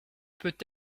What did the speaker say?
peut